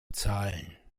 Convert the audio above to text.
zahlen